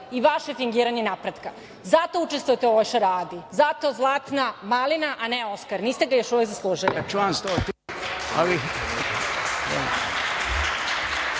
i vaše fingiranje napretka. Zato učestvujete u ovoj šaradi. Zato Zlatna malina, a ne Oskar. Niste ga još uvek zaslužili.